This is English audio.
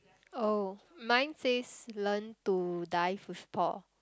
oh mine says learn to dive with Paul